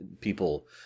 people